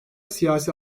siyasi